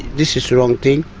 this is the wrong thing.